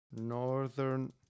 Northern